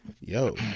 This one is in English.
Yo